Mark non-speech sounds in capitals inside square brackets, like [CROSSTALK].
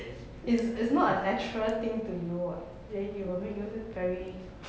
it's it's not a natural thing to you [what] then it will make you feel very [NOISE]